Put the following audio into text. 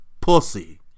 Pussy